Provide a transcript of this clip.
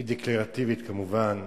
היא דקלרטיבית, כמובן.